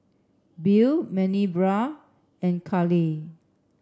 Bill Minerva and Kalie